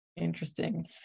interesting